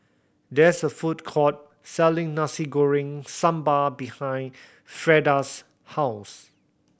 there is a food court selling Nasi Goreng Sambal behind Frieda's house